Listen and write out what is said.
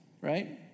right